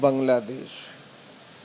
بنگلہ دیش